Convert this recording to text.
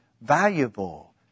valuable